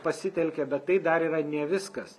pasitelkė bet tai dar yra ne viskas